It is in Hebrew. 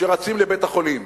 שרצים לבית-החולים?